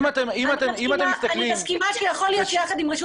אני מסכימה שיכול להיות שיחד עם רשות